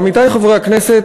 עמיתי חברי הכנסת,